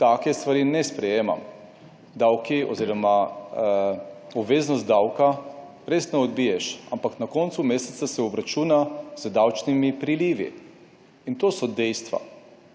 Take stvari ne sprejemam, davki oziroma obveznost davka resno odbiješ, ampak na koncu meseca se obračuna z davčnimi prilivi in to so dejstva